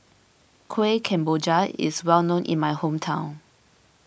Kuih Kemboja is well known in my hometown